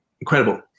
Incredible